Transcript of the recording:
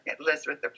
Elizabeth